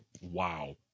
Wow